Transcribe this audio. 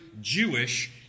Jewish